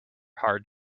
hard